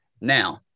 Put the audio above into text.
Now